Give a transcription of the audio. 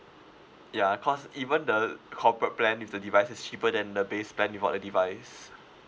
ya because even the corporate plan with the device is cheaper than the base plan without a device